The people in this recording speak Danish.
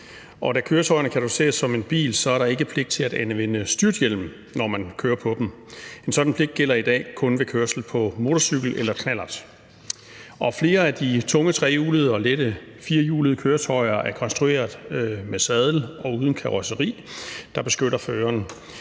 Da køretøjerne kategoriseres som en bil, er der ikke pligt til at anvende styrthjelm, når man kører på dem. En sådan pligt gælder i dag kun ved kørsel på motorcykel eller knallert, og flere af de tunge trehjulede og lette firehjulede køretøjer er konstrueret med sadel og uden karrosseri, der beskytter føreren.